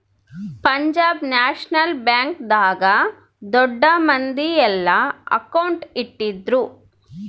Punjab national bank ದಾಗ ದೊಡ್ಡ ಮಂದಿ ಯೆಲ್ಲ ಅಕೌಂಟ್ ಇಟ್ಟಿದ್ರು